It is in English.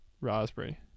raspberry